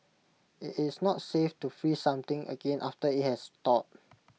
IT is not safe to freeze something again after IT has thawed